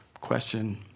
question